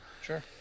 Sure